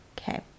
okay